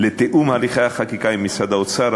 לתיאום הליכי החקיקה עם משרד האוצר,